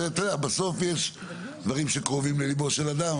ואתה יודע בסוף יש דברים שקרובים ללבו של אדם,